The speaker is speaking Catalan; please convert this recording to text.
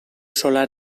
solar